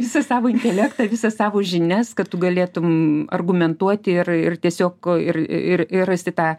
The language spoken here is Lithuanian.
visą savo intelektą visas savo žinias kad tu galėtum argumentuoti ir ir tiesiog ir ir ir rasti tą